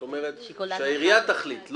את אומרת שהעירייה תחליט,